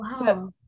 Wow